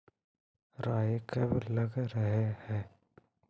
राई कब लग रहे है?